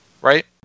right